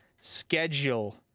schedule